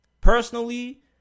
personally